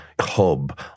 hub